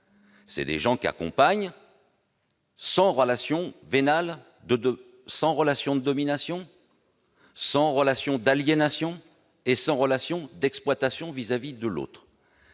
de gens qui accompagnent sans relation vénale, sans relation de domination, sans relation d'aliénation et sans relation d'exploitation. Je pense